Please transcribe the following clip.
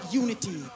unity